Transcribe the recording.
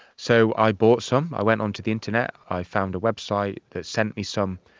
so i bought some, i went onto the internet, i found a website that sent me some.